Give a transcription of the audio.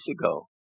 ago